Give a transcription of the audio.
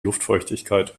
luftfeuchtigkeit